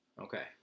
Okay